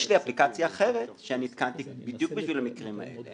יש לי אפליקציה אחרת שאני התקנתי בדיוק בשביל המקרים האלה,